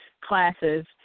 classes